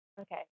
Okay